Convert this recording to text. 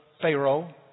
Pharaoh